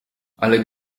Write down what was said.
ale